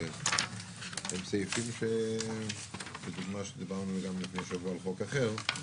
גם סעיפים שלדוגמה שדיברנו גם לפני שבוע על חוק אחר.